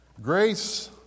Grace